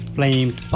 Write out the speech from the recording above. Flames